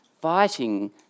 fighting